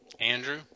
Andrew